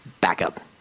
backup